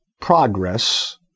progress